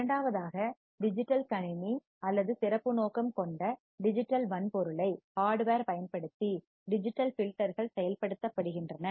இரண்டாவதாக டிஜிட்டல் கணினி அல்லது சிறப்பு நோக்கம் கொண்ட டிஜிட்டல் வன்பொருளைப் ஹார்ட்வேர் பயன்படுத்தி டிஜிட்டல் ஃபில்டர்கள் செயல்படுத்தப்படுகின்றன